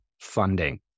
funding